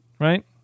right